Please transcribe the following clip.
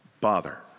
Bother